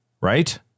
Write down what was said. Right